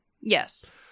Yes